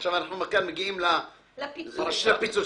מה גברתי ממשרד לביטחון הפנים אומרת?